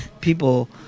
People